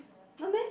no meh